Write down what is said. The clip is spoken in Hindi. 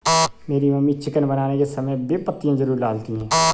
मेरी मम्मी चिकन बनाने के समय बे पत्तियां जरूर डालती हैं